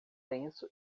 lenço